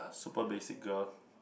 super basic girl